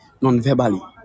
non-verbally